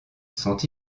sont